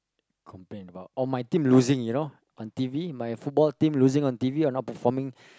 complain about oh my team losing you know on t_v my football team losing on t_v or not performing